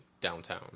downtown